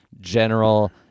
general